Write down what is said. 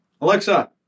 Alexa